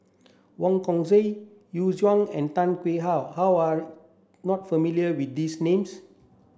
Wong Kan Seng Yu Zhuye and Tan Tarn How how are not familiar with these names